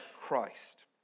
Christ